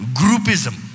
groupism